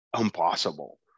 Impossible